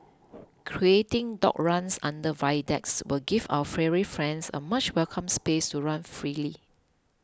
creating dog runs under viaducts will give our furry friends a much welcome space to run freely